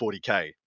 40k